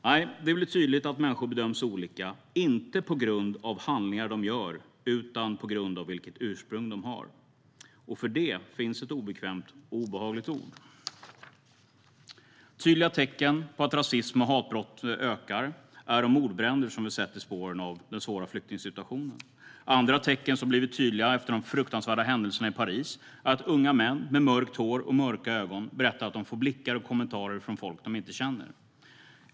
Nej - det blir tydligt att människor bedöms olika, inte på grund av sina handlingar utan på grund av vilket ursprung de har. Och för detta finns det ett obekvämt och obehagligt ord. Tydliga tecken på att rasismen och hatbrotten ökar är de mordbränder vi har sett i spåren av den svåra flyktingsituationen. Andra tecken som har blivit tydliga efter de fruktansvärda händelserna i Paris är att unga män med mörkt hår och mörka ögon berättar att de får blickar och kommentarer av folk de inte känner.